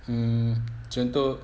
mm contoh